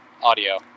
audio